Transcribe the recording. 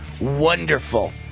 wonderful